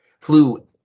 Flu